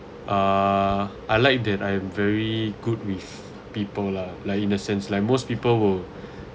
uh I like that I am very good with people lah like in a sense like most people will